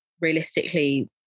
realistically